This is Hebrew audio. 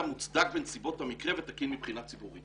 מוצדק בנסיבות המקרה ותקין מבחינה ציבורית.